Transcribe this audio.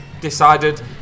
decided